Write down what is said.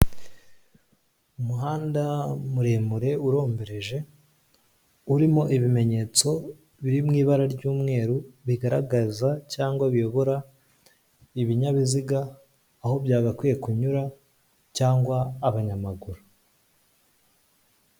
Umuhanda muremure urombereje, urimo ibimenyetso biri mu ibara ry'umweru, bigaragaza cyangwa biburira, ibinyabiziga aho byagakwiye kunyura cyangwa abanyamaguru.